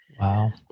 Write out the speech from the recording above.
Wow